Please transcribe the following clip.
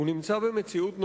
הוא נמצא במציאות נוראה,